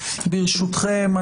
ברשותכם,